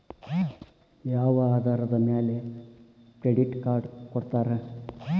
ಯಾವ ಆಧಾರದ ಮ್ಯಾಲೆ ಕ್ರೆಡಿಟ್ ಕಾರ್ಡ್ ಕೊಡ್ತಾರ?